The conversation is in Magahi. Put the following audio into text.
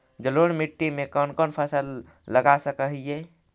जलोढ़ मिट्टी में कौन कौन फसल लगा सक हिय?